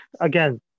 Again